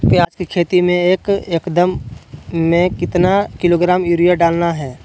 प्याज की खेती में एक एकद में कितना किलोग्राम यूरिया डालना है?